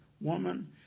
Woman